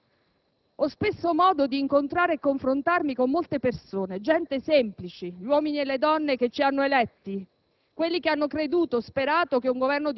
tema della centralità del Mezzogiorno. Ho spesso modo di incontrare e confrontarmi con molte persone, gente semplice, uomini e donne che ci hanno eletti,